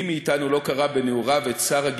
מי מאתנו לא קרא בנעוריו את "שרה,